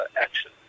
action